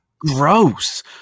gross